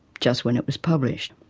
just when it was published.